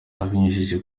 abinyujije